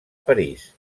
parís